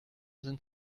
sind